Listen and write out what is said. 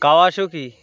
Kawasaki